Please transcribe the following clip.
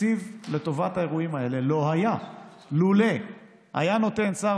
התקציב לטובת האירועים האלה לא היה לולא היה נותן שר